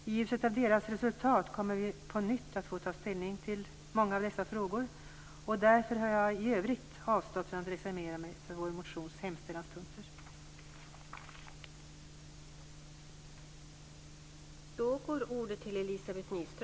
I ljuset av utredningens resultat kommer vi på nytt att få ta ställning till många av dessa frågor. Därför har jag i övrigt avstått från att reservera mig för vår motions hemställanspunkter.